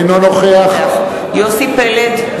אינו נוכח יוסי פלד,